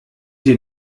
dir